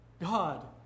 God